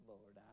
Lord